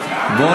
השקט.